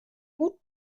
gut